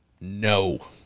no